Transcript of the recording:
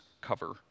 cover